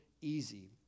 easy